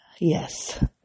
Yes